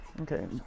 Okay